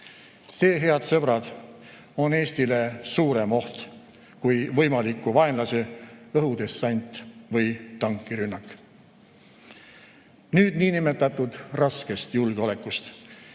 See, head sõbrad, on Eestile suurem oht kui võimaliku vaenlase õhudessant või tankirünnak. Nüüd niinimetatud raskest julgeolekust,